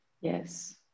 yes